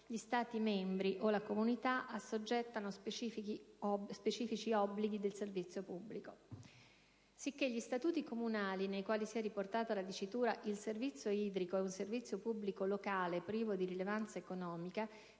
gli Stati membri o la Comunità assoggettano a specifici obblighi di servizio pubblico. Sicché, gli statuti comunali nei quali sia riportata la dicitura "il servizio idrico è un servizio pubblico locale privo di rilevanza economica"